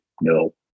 no